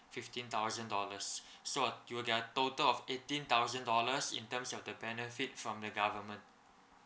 fifteen thousand dollars so you'll get a total of eighteen thousand dollars in terms of the benefit from the government